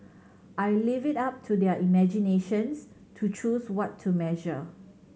I'll leave it up to their imaginations to choose what to measure